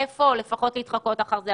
איפה לפחות להתחקות אחרי זה.